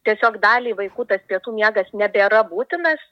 tiesiog daliai vaikų tas pietų miegas nebėra būtinas